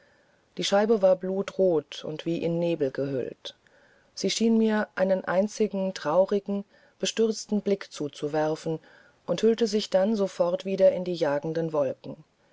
die scheibe war blutrot und wie in nebel eingehüllt sie schien mir einen einzigen traurigen bestürzten blick zuzuwerfen und hüllte sich dann sofort wieder in die jagenden wolken